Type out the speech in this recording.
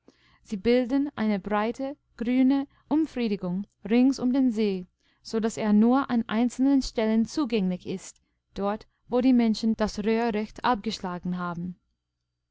sie bilden eine breite grüne umfriedigung rings um den see so daß er nur an einzelnen stellen zugänglich ist dort wo die menschen das röhricht abgeschlagen haben